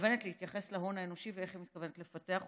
מתכוונת להתייחס להון האנושי ואיך היא מתכוונת לפתח אותו.